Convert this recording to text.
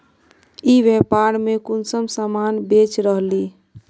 ई व्यापार में कुंसम सामान बेच रहली?